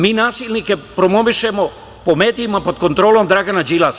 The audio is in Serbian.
Mi nasilnike promovišemo po medijima, pod kontrolom Dragana Đilasa.